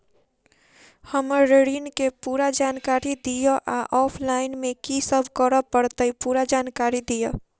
हम्मर ऋण केँ पूरा जानकारी दिय आ ऑफलाइन मे की सब करऽ पड़तै पूरा जानकारी दिय?